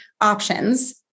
options